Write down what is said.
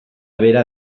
bera